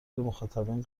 مخاطبین